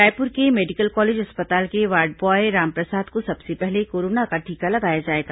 रायपुर के medical college अस्पताल के वार्ड ब्वॉय रामप्रसाद को सबसे पहले कोरोना का टीका लगाया जाएगा